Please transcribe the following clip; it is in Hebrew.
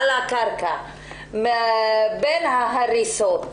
על הקרקע בין ההריסות,